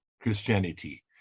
Christianity